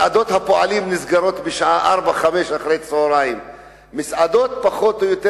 מסעדות הפועלים נסגרות ב-16:00 17:00. מסעדות פחות או יותר